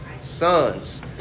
Sons